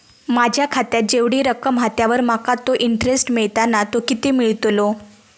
माझ्या खात्यात जेवढी रक्कम हा त्यावर माका तो इंटरेस्ट मिळता ना तो किती मिळतलो?